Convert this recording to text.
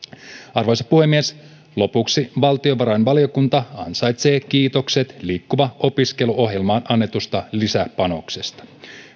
arvoisa puhemies lopuksi valtiovarainvaliokunta ansaitsee kiitokset liikkuva opiskelu ohjelmaan annetusta lisäpanoksesta